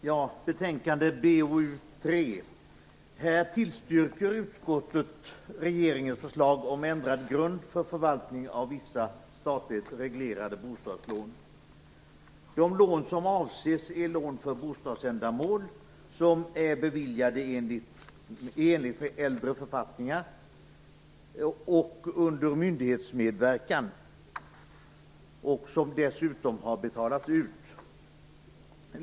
Herr talman! I bostadsutskottets betänkande BoU3 De lån som avses är lån för bostadsändamål som är beviljade enligt äldre författningar och under myndighetsmedverkan och som dessutom har betalats ut.